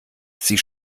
sie